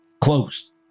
closed